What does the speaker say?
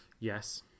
yes